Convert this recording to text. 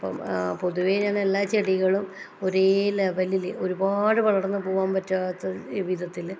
അപ്പം ആ പൊതുവേ ഞാൻ എല്ലാ ചെടികളും ഒരേ ലെവലിൽ ഒരുപാട് വളർന്നു പോകാൻ പറ്റാത്ത വിധത്തിൽ